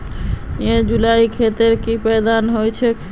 निचोत जुताईर खेतत शलगमेर पौधार फुटाव अच्छा स हछेक